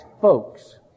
folks